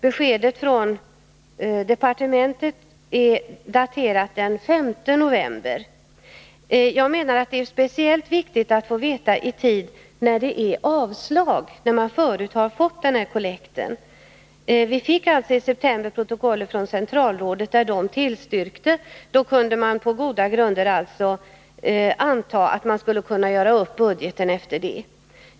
Beskedet från departementet är daterat den 5 november. Jag menar att det är speciellt viktigt att få besked om avslag, om man förut har fått kollekt. I september fick vi alltså protokollet från centralrådet där detta tillstyrkte. Då kunde man på goda grunder anta att budgeten kunde göras upp på basis härav.